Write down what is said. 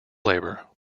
labor